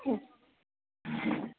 ଓ